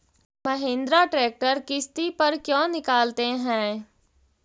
Mahindra tractor किसति पर क्यों निकालते हैं?